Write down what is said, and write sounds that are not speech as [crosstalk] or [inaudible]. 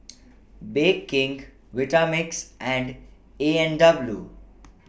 [noise] Bake King Vitamix and A and W